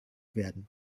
werden